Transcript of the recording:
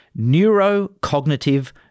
neurocognitive